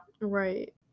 right